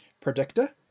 predictor